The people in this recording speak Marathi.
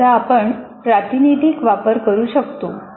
याचा आपण प्रतिनिधिक वापर करू शकतो